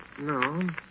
No